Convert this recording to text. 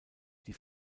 die